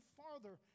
farther